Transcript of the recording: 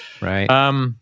right